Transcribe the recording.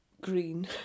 green